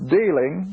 dealing